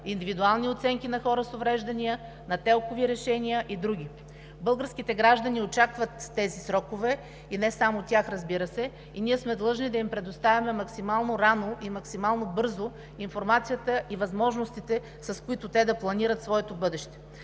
индивидуални оценки на хората с увреждания, на ТЕЛК ови решения и други. Българските граждани очакват тези срокове и не само тях, разбира се, а ние сме длъжни да им предоставим максимално рано и максимално бързо информацията и възможностите, с които те да планират своето бъдеще.